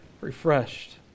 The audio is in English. refreshed